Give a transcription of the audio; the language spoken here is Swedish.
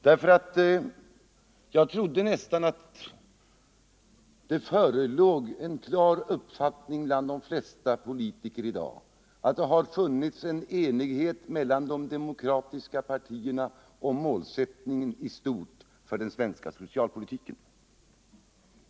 Och jag trodde nästan att det hos de flesta politiker i dag fanns en klar uppfattning om att det rått enighet mellan de demokratiska partierna om målsättningen i stort för den svenska socialpolitiken.